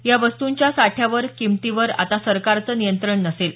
या वस्तूंच्या साठ्यावर किंमतीवर आता सरकारचं नियंत्रण नसेल